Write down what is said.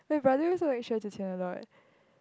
my brother also like Xue-Zhi-Qian a lot